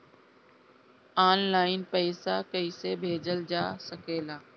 आन line पईसा कईसे भेजल जा सेकला?